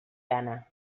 gana